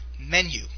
Menu